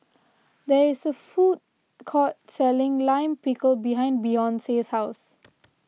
there is a food court selling Lime Pickle behind Beyonce's house